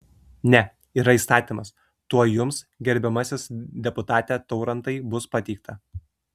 ne yra įstatymas tuoj jums gerbiamasis deputate taurantai bus pateikta